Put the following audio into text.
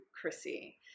Chrissy